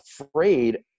afraid